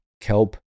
Kelp